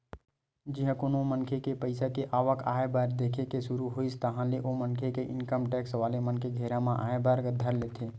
जिहाँ कोनो मनखे के पइसा के आवक आय बाय दिखे के सुरु होइस ताहले ओ मनखे ह इनकम टेक्स वाला मन के घेरा म आय बर धर लेथे